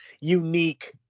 unique